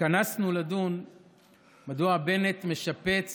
התכנסנו לדון מדוע בנט משפץ